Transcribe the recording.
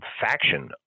faction